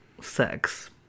sex